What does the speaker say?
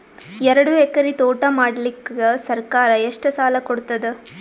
ಎರಡು ಎಕರಿ ತೋಟ ಮಾಡಲಿಕ್ಕ ಸರ್ಕಾರ ಎಷ್ಟ ಸಾಲ ಕೊಡತದ?